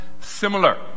similar